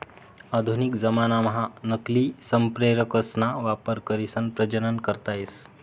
आधुनिक जमानाम्हा नकली संप्रेरकसना वापर करीसन प्रजनन करता येस